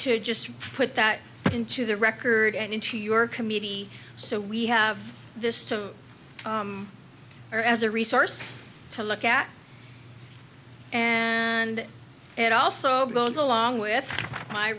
to just put that into the record and into your community so we have this to her as a resource to look at and it also goes along with my